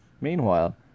Meanwhile